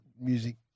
music